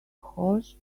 horse